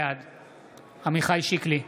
בעד עמיחי שיקלי,